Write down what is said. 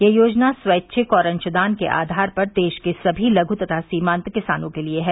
यह योजना स्वैच्छिक और अंशदान के आधार पर देशभर के सभी लघु तथा सीमांत किसानों के लिए है